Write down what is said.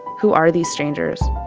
who are these strangers?